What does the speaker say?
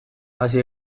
hazi